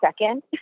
second